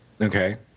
Okay